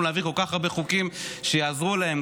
להעביר כל כך הרבה חוקים שיעזרו להם,